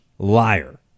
Liar